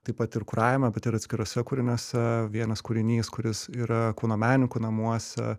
taip pat ir kuravime bet ir atskiruose kūriniuose vienas kūrinys kuris yra kauno menininkų namuose